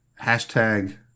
Hashtag